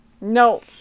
No